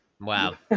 Wow